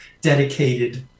dedicated